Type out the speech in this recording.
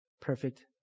perfect